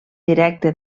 directe